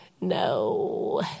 no